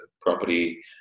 property